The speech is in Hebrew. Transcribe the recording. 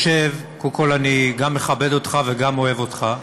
קודם כול, אני גם מכבד אותך וגם אוהב אותך,